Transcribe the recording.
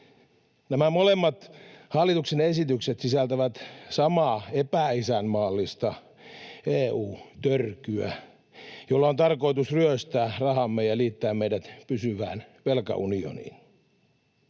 Nämä molemmat hallituksen esitykset sisältävät samaa epäisänmaallista EU-törkyä, jolla on tarkoitus ryöstää rahamme ja liittää meidät pysyvään velkaunioniin.